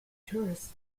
tourists